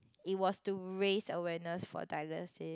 it was to raise awareness for dialysis